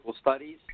Studies